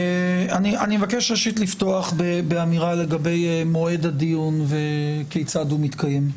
אני מבקש ראשית לפתוח באמירה לגבי מועד הדיון וכיצד הוא מתקיים.